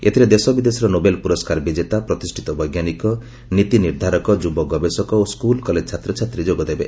ଏଥିରେ ଦେଶବିଦେଶର ନୋବେଲ୍ ପୁରସ୍କାର ବିଜେତା ପ୍ରତିଷ୍ଠିତ ବୈଜ୍ଞାନିକ ନୀତି ନିର୍ଦ୍ଧାରକ ଯୁବ ଗବେଷକ ଓ ସ୍କୁଲ୍ କଲେଜ ଛାତ୍ରଛାତ୍ରୀ ଯୋଗଦେବେ